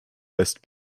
west